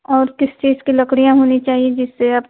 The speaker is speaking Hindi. और किस चीज की लकड़ियाँ होनी चाहिए जिस से